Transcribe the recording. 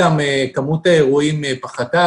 כמות האירועים פחתה,